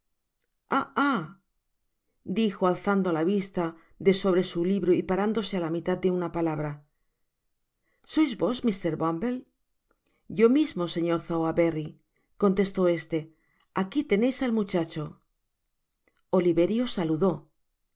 dijo alzando la vista de sobre su libro y parándose á la mitad de una palabrasois vos mr bumble yo mismo señor sowerberry contestó este aqui teneis el muchacho oliverio faludó ah